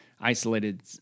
isolated